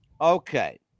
Okay